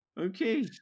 Okay